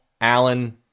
Allen